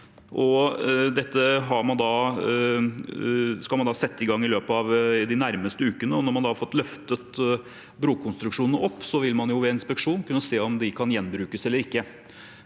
dette skal man sette i gang i løpet av de nærmeste ukene. Når man har fått løftet opp brukonstruksjonene, vil man ved inspeksjon se om de kan gjenbrukes eller ikke.